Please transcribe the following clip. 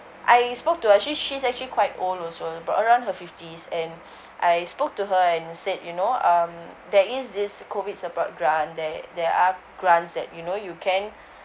I spoke to actually she's actually quite old also about around her fifties and I spoke to her and said you know um there is this COVID support grant there there are grants that you know you can